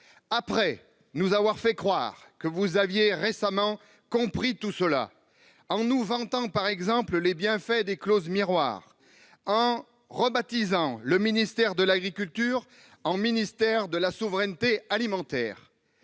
après nous avoir fait croire que vous aviez récemment compris tout cela en nous vantant, par exemple, les bienfaits des clauses miroir et en rebaptisant « ministère de l'agriculture et de la souveraineté alimentaire